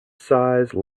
size